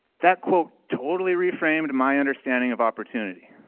that quote totally reframed my understanding of opportunity.